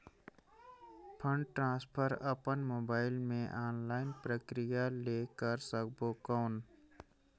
Fund transfer अपन mobile मे online प्रक्रिया ले कर सकबो कौन?